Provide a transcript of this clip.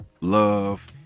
love